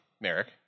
Merrick